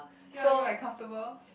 see what I mean by comfortable